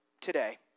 today